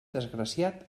desgraciat